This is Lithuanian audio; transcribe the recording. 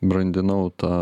brandinau tą